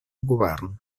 govern